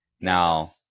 Now